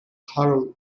harold